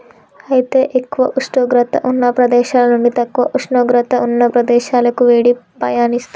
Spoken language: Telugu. అయితే ఎక్కువ ఉష్ణోగ్రత ఉన్న ప్రదేశాల నుండి తక్కువ ఉష్ణోగ్రత ఉన్న ప్రదేశాలకి వేడి పయనిస్తుంది